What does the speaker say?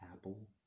Apple